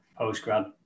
postgrad